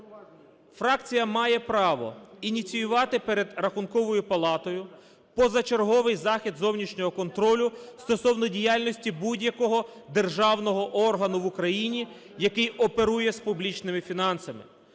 фракція має право ініціювати перед Рахунковою палатою позачерговий захід зовнішнього контрою стосовно діяльності будь-якого державного органу в Україні, який оперує з публічними фінансами.